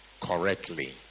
correctly